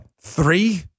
three